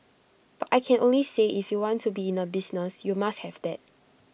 but I can only say if you want to be in A business you must have that